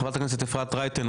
חברת הכנסת אפרת רייטן.